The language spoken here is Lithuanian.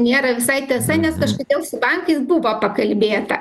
nėra visai tiesa nes kažkodėl su bankais buvo pakalbėta